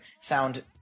sound